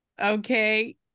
okay